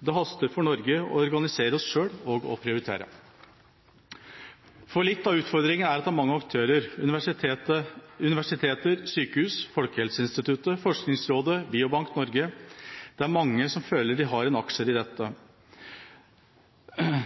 Det haster for Norge å organisere oss – og å prioritere. Litt av utfordringen er at det er mange aktører: universiteter, sykehus, Folkehelseinstituttet, Forskningsrådet, Biobank Norge – det er mange som føler de har en aksje i dette.